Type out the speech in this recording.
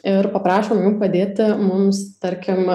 ir paprašom jų padėti mums tarkim